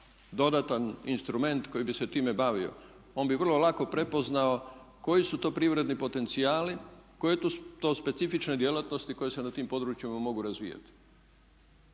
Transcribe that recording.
dodatan instrument koji bi se time bavio on bi vrlo lako prepoznao koji su privredni potencijali, koje su to specifične djelatnosti koje se na tim područjima mogu razvijati.